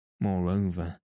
moreover